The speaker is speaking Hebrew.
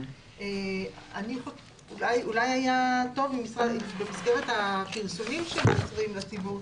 אולי היה טוב אם במסגרת הפרסומים לציבור,